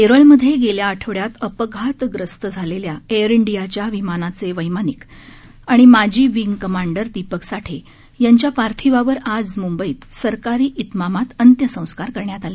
केरळमध्ये गेल्या आठवड्यात अपघातग्रस्त झालेल्या अर डियाच्या विमानाचे वैमानिक आणि माजी विंग कमांडर दिपक साठे यांच्या पार्थिवावर आज मुंबईत सरकारी जिमामात अंत्यसंस्कार करण्यात आले